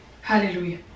Hallelujah